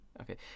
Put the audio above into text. Okay